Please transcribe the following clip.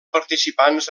participants